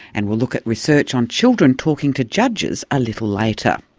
and we'll look at research on children talking to judges a little later.